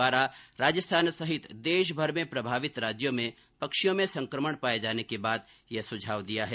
क द्वारा राजस्थान सहित देशभर में प्रभावित राज्यों में पक्षियों में संक्रमण पाए जाने के बाद यह सुझाव दिया है